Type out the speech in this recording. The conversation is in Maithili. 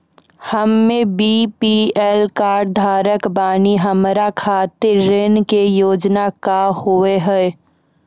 हम्मे बी.पी.एल कार्ड धारक बानि हमारा खातिर ऋण के योजना का होव हेय?